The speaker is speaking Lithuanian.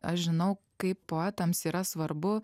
aš žinau kaip poetams yra svarbu